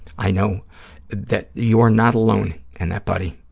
i know that you are not alone in that, buddy.